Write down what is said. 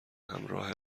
همراه